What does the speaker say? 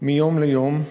מיום ליום.